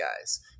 guys